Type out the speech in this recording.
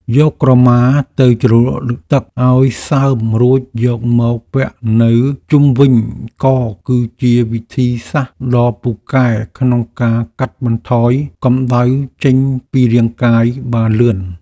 យកក្រមាទៅជ្រលក់ទឹកឱ្យសើមរួចយកមកពាក់នៅជុំវិញកគឺជាវិធីសាស្ត្រដ៏ពូកែក្នុងការកាត់បន្ថយកម្តៅចេញពីរាងកាយបានលឿន។